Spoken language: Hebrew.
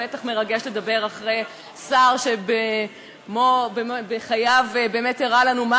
בטח מרגש לדבר אחרי שר שבחייו באמת הראה לנו מה